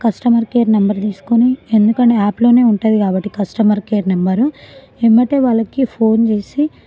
customer care number తీసుకొని ఎందుకని యాప్లోనే ఉంటుంది కాబట్టి కస్టమర్ కేర్ నెంబర్ వెంబడే వాళ్ళకి ఫోన్ చేసి